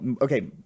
okay